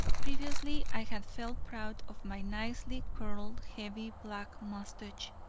previously, i had felt proud of my nicely curled heavy black mustache,